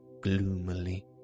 gloomily